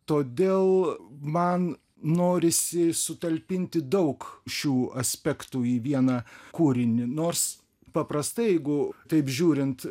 todėl man norisi sutalpinti daug šių aspektų į vieną kūrinį nors paprastai jeigu taip žiūrint